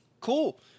cool